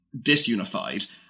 disunified